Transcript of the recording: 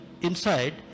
inside